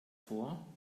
vor